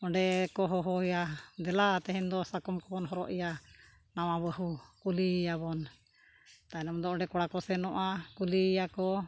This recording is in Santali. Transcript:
ᱚᱸᱰᱮ ᱠᱚ ᱦᱚᱦᱚᱣᱟᱭᱟ ᱫᱮᱞᱟ ᱛᱮᱦᱮᱧ ᱫᱚ ᱥᱟᱠᱟᱢ ᱠᱚᱵᱚᱱ ᱦᱚᱨᱚᱜ ᱮᱭᱟ ᱱᱟᱣᱟ ᱵᱟᱹᱦᱩ ᱠᱩᱞᱤ ᱮᱭᱟᱵᱚᱱ ᱛᱟᱭᱱᱚᱢ ᱫᱚ ᱚᱸᱰᱮ ᱠᱚᱲᱟ ᱠᱚ ᱥᱮᱱᱚᱜᱼᱟ ᱠᱩᱞᱤ ᱮᱭᱟᱠᱚ